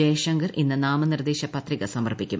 ജയ്ശങ്കർ ഇന്ന് നാമനിർദ്ദേക പത്രിക സമർപ്പിക്കും